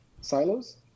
silos